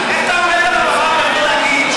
איך אתה עומד על הבמה ויכול להגיד,